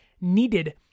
needed